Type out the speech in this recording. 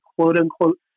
quote-unquote